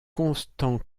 constant